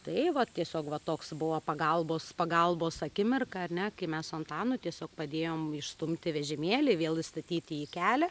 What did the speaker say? tai vat tiesiog va toks buvo pagalbos pagalbos akimirką ar ne kai mes su antanu tiesiog padėjom išstumti vežimėlį vėl įstatyti į kelią